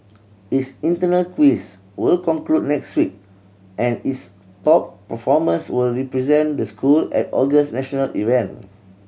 its internal quiz will conclude next week and its top performers will represent the school at August national event